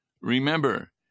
remember